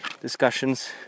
discussions